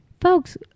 folks